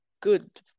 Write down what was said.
good